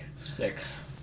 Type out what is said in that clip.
six